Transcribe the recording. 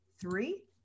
three